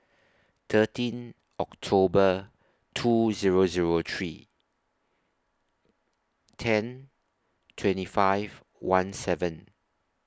thirteen October two Zero Zero three ten twenty five one seven